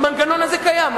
המנגנון הזה קיים,